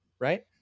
right